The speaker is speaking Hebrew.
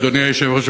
אדוני היושב-ראש,